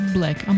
Black